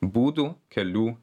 būdų kelių